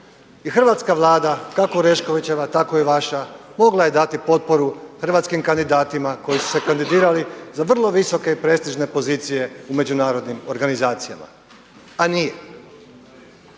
I hrvatska Vlada kako Oreškovićeva tako i vaša mogla je dati potporu hrvatskim kandidatima koji su se kandidirali za vrlo visoke i prestižne pozicije u međunarodnim organizacijama, a nije.